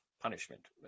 punishment